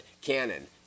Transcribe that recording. canon